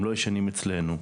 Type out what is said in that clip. הם לא ישנים אצלנו.